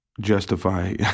justify